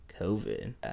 COVID